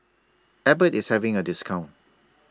Abbott IS having A discount